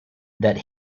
that